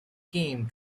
game